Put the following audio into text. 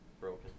broken